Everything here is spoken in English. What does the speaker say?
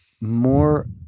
more